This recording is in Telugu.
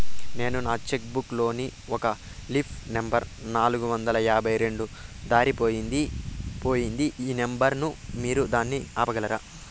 నేను నా చెక్కు బుక్ లోని ఒక లీఫ్ నెంబర్ నాలుగు వందల యాభై రెండు దారిపొయింది పోయింది ఈ నెంబర్ ను మీరు దాన్ని ఆపగలరా?